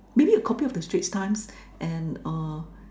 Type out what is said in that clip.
maybe a copy of the Straits Times and uh